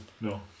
No